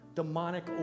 demonic